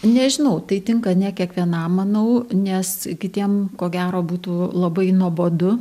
nežinau tai tinka ne kiekvienam manau nes kitiem ko gero būtų labai nuobodu